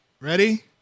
Ready